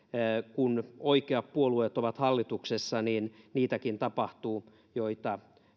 kun oikeat puolueet ovat hallituksessa niin niitäkin tapahtuu joita